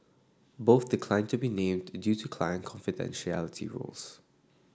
both declined to be named in due to client confidentiality rules